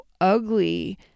ugly